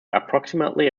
approximately